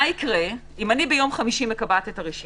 מה יקרה אם אני ביום חמישי מקבעת את הרשימה,